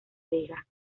vega